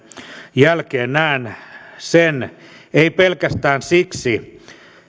jälkeen näen sen en pelkästään siksi